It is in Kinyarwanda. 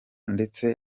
ndetse